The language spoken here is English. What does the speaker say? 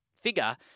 figure